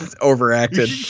overacted